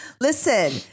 listen